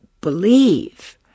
believe